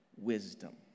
wisdom